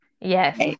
Yes